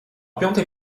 piątej